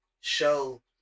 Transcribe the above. show